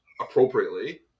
appropriately